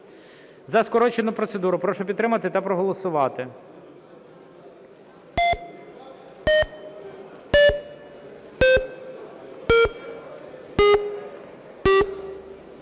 За скорочену процедуру прошу підтримати та проголосувати.